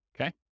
Okay